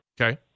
Okay